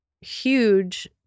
huge